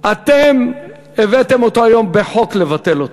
אתם הבאתם אותו היום בחוק, לבטל אותו.